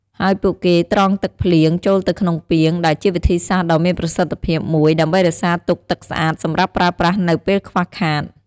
ហើយពួកគេត្រងទឹកភ្លៀងចូលទៅក្នុងពាង ដែលជាវិធីសាស្ត្រដ៏មានប្រសិទ្ធភាពមួយ ដើម្បីរក្សាទុកទឹកស្អាតសម្រាប់ប្រើប្រាស់នៅពេលខ្វះខាត។